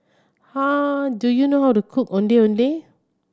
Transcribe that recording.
do you know how to cook Ondeh Ondeh